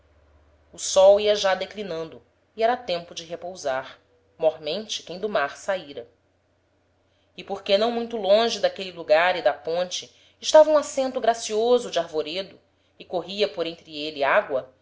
o sol ia já declinando e era tempo de repousar mórmente quem do mar saíra e porque não muito longe d'aquele lugar e da ponte estava um assento gracioso d'arvoredo e corria por entre êle agua